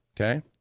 Okay